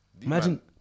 Imagine